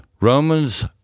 Romans